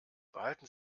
behalten